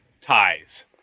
ties